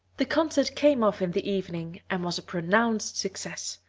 the concert came off in the evening and was a pronounced success.